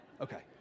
Okay